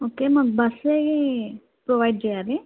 okay మాకు bus provide చేయాలి